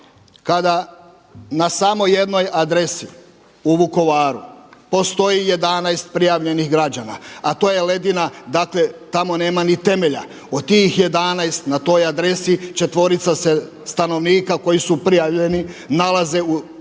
Kada na samo jednoj adresi u Vukovaru postoji 11 prijavljenih građana, a to je ledina, dakle tamo nema ni temelja. Od tih 11 na toj adresi četvorica se stanovnika koji su prijavljeni nalaze u Srbiji u